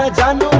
ah done.